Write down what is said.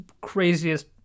craziest